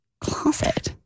Closet